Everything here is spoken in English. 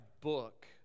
book